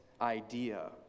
idea